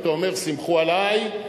אתה אומר: סמכו עלי,